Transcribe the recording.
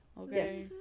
Okay